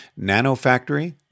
Nanofactory